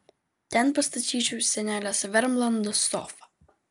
ten pasistatyčiau senelės vermlando sofą